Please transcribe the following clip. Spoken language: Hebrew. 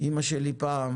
אימא שלי פעם